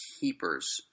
keepers